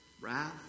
wrath